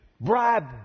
Bribe